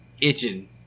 itching